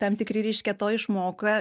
tam tikri reiškia to išmoka